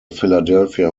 philadelphia